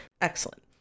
Excellent